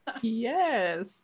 Yes